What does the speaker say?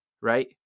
right